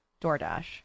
DoorDash